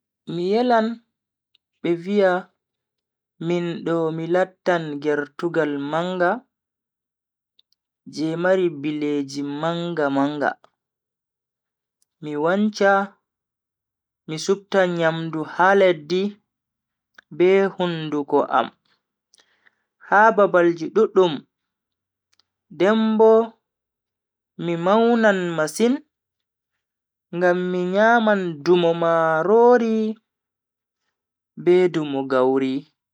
Mi yelan be viya min do mi lattan gertugal manga je mari bileji manga-manga, mi wancha mi supta nyamdu ha leddi be hunduko am ha babalji duddum den bo mi maunan masin ngam mi nyaman dumo marori be dumo gauri.